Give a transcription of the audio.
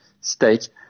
state